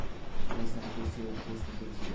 पैसा के से भेज सके छी?